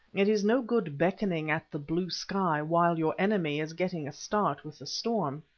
it is no good beckoning at the blue sky while your enemy is getting a start with the storm.